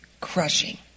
crushing